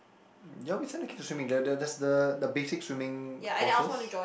they always send their kid to swimming there there's the the basic swimming courses